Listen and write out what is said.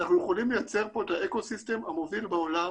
אנחנו יכולים לייצר פה את האקו סיסטם המוביל בעולם,